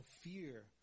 fear